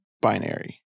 binary